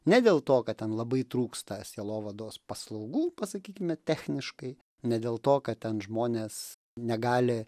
ne dėl to kad ten labai trūksta sielovados paslaugų pasakykime techniškai ne dėl to kad ten žmonės negali